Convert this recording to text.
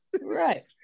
Right